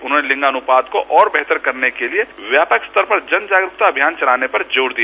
उन्होंने लिंगानुपात को और बेहतर करने के लिए व्यापक स्तर पर जने जागरूकता अभियान चलाने पर जोर दिया